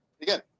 Again